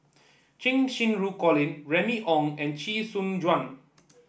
Cheng Xinru Colin Remy Ong and Chee Soon Juan